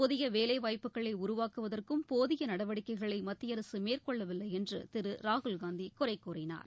புதிய வேலை வாய்ப்புகளை உருவாக்குவதற்கும் போதிய நடவடிக்கைகளை மத்திய அரசு மேற்கொள்ளவில்லை என்று திரு ராகுல்காந்தி குறைகூறினார்